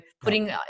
putting